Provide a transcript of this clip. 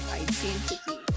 identity